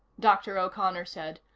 dr. o'connor said,